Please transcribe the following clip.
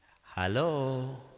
Hello